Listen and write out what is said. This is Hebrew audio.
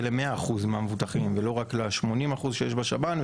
ל-100% מהמבוטחים ולא רק ל-80% שיש בשב"ן,